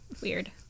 weird